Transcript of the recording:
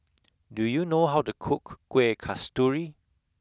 do you know how to cook kueh kasturi